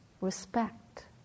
respect